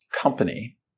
company